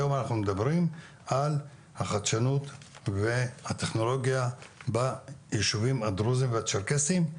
היום אנחנו מדברים על החדשנות והטכנולוגיה בישובים הדרוזים והצ'רקסיים.